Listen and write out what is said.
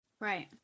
right